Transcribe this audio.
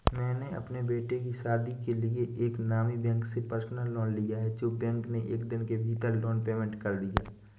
मैंने अपने बेटे की शादी के लिए एक नामी बैंक से पर्सनल लोन लिया है जो बैंक ने एक दिन के भीतर लोन पेमेंट कर दिया